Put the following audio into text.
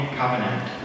covenant